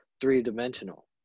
three-dimensional